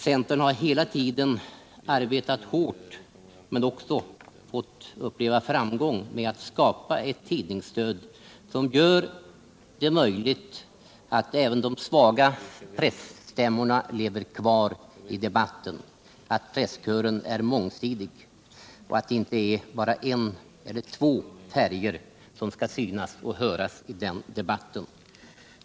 Centern har hela tiden arbetat hårt men också fått uppleva framgång genom att den kunnat skapa ett tidningsstöd som gör det möjligt även för de svaga presstämmorna att leva kvar i debatten och genom att presskören är mångsidig, så att det inte bara är en eller två färger och röster som syns och hörs i den debatten.